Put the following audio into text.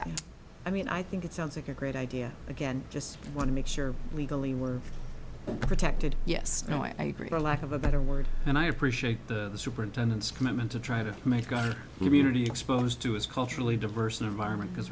that i mean i think it sounds like a great idea again just want to make sure legally we're protected yes no i agree or lack of a better word and i appreciate the superintendent's commitment to try to make unity exposed to as culturally diverse environment because